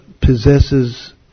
possesses